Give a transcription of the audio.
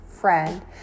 friend